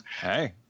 hey